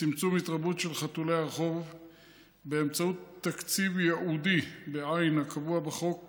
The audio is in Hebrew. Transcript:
בצמצום התרבות של חתולי הרחוב באמצעות תקציב ייעודי הקבוע בחוק